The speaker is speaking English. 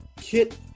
kit